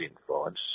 influence